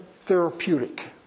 therapeutic